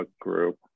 group